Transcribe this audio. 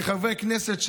כחברי כנסת,